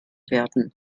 werden